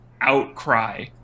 outcry